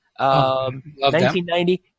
1990